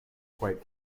quite